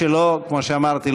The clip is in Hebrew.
כמו שאמרתי,